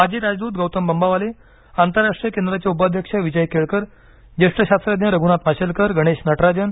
माजी राजदूतू गौतम बंबावाले आंतरराष्ट्रीय केंद्राचे उपाध्यक्ष विजय केळकर ज्येष्ठ शास्त्रज्ञ रघुनाथ माशेलकर गणेश नटराजन